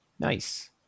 Nice